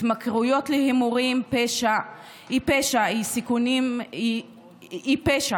התמכרות להימורים מהווה סיכון לפשע.